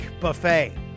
buffet